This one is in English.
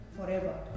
forever